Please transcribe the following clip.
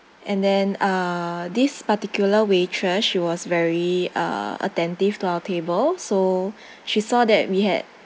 and then uh this particular waitress she was very uh attentive to our table so she saw that we had